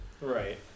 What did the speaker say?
Right